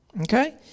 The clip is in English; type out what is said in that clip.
Okay